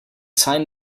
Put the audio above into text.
sign